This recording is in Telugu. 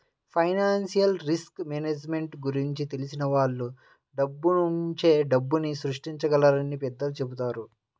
ఫైనాన్షియల్ రిస్క్ మేనేజ్మెంట్ గురించి తెలిసిన వాళ్ళు డబ్బునుంచే డబ్బుని సృష్టించగలరని పెద్దలు చెబుతారు